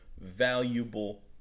valuable